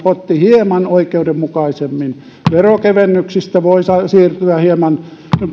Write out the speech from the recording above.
potti hieman oikeudenmukaisemmin veronkevennyksistä voi siirtyä hieman